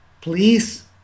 please